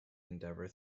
endeavour